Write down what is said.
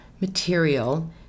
material